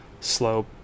slope